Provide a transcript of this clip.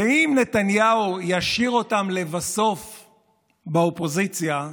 ואם נתניהו ישאיר אותם לבסוף באופוזיציה,